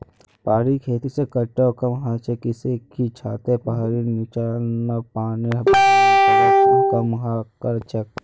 पहाड़ी खेती से कटाव कम ह छ किसेकी छतें पहाड़ीर नीचला पानीर बहवार दरक कम कर छे